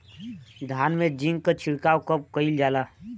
धान में जिंक क छिड़काव कब कइल जाला?